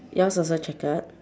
yours also checkered